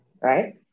right